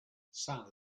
sal